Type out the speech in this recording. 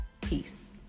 Peace